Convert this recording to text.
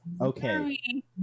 Okay